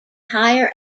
higher